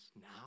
Now